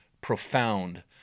Profound